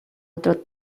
otro